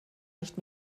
nicht